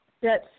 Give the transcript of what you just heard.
Yes